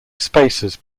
spaces